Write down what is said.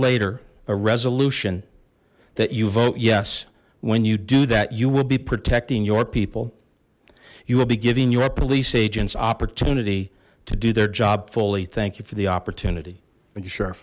later a resolution that you vote yes when you do that you will be protecting your people you will be giving your police agents opportunity to do their job fully thank you for the opportunity